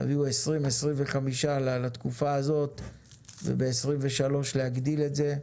תביאו 20 עד 25 לתקופה הזאת וב-2023 להגדיל את זה.